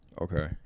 Okay